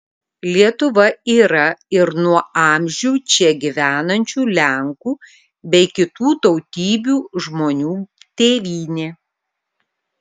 lietuva yra ir nuo amžių čia gyvenančių lenkų bei kitų tautybių žmonių tėvynė